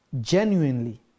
genuinely